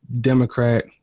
Democrat